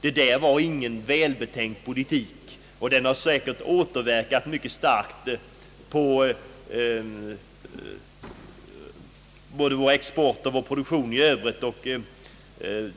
Politiken har icke varit välbetänkt, och den har säkert återverkat mycket starkt på vår produktion och vår